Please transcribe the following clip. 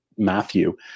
Matthew